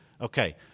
okay